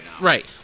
Right